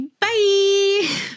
bye